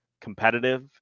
competitive